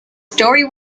story